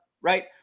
right